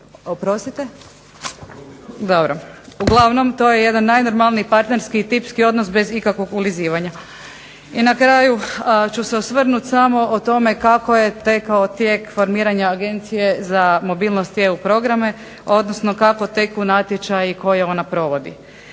ne čuje./… Dobro. Uglavnom, to je jedan najnormalniji partnerski i tipski odnos bez ikakvog ulizivanja. I na kraju ću se osvrnuti samo o tome kako je tekao tijek formiranja Agencije za mobilnost i EU programe, odnosno kako teku natječaji koje ona provodi.